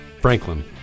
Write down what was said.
Franklin